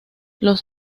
los